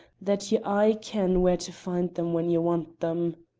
that ye aye ken where to find them when ye want them!